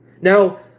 Now